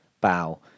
bow